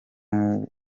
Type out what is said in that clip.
ahantu